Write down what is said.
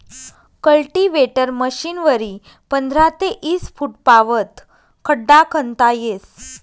cultivator मशीनवरी पंधरा ते ईस फुटपावत खड्डा खणता येस